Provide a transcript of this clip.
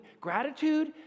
gratitude